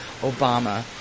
Obama